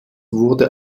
wurde